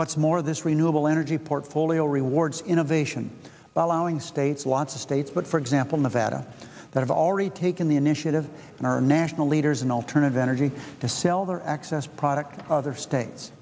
what's more this renewable energy portfolio rewards innovation by allowing states lots of states but for example nevada that have already taken the initiative and our national leaders in alternative energy to sell their excess product other states